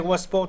אירוע ספורט,